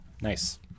Nice